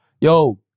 yo